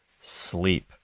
sleep